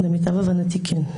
למיטב הבנתי כן.